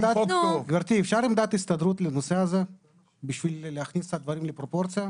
אפשר עמדת הסתדרות לנושא הזה בשביל להכניס קצת דברים לפרופורציה?